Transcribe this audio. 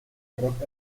rock